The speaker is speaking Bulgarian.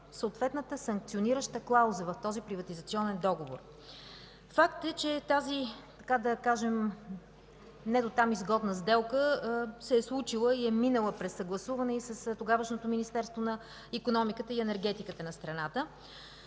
съответната санкционираща клауза в този приватизационен договор. Факт е, че тази, така да кажем, недотам изгодна сделка се е случила и е минала през съгласуване и с тогавашното Министерство на икономиката и енергетиката на страната,